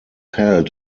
held